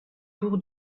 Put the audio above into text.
pour